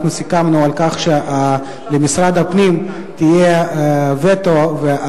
אנחנו סיכמנו שלמשרד הפנים יהיה וטו על